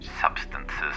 substances